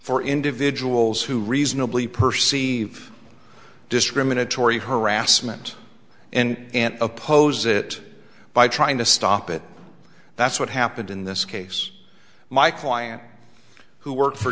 for individuals who reasonably perceive discriminatory harassment and oppose it by trying to stop it that's what happened in this case my client who worked for